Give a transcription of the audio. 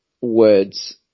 words